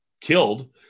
killed